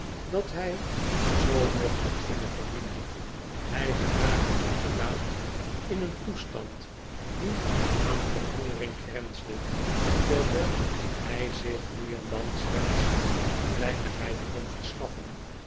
dat hij zoo nog had kunnen verdienen hij geraakte inderdaad in een toestand die aan verhongering grensde terwijl hij zich nu en dan slechts een kleinigheid kon verschaffen